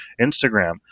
Instagram